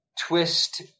twist